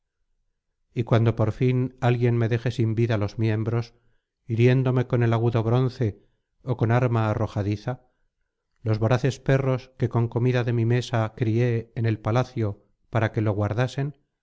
y cuando por fin alguien me deje sin vida los miembros hiriéndome con el agudo bronce ó con arma arrojadiza los voraces perros que con comida de mi mesa crié en el palacio para que lo guardasen